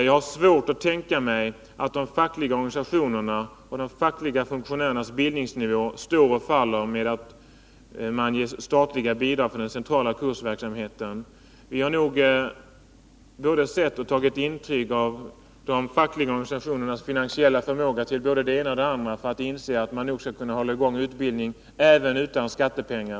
Jag har svårt att tänka mig att de fackliga organisationerna och de fackliga funktionärernas bildningsnivå står och faller med att de ges statliga bidrag för den centrala kursverksamheten. Vi har både sett och tagit intryck av de fackliga organisationernas finansiella förmåga att klara både det ena och det andra och inser därför att de nog skall kunna hålla i gång utbildning även utan skattepengar.